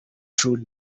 true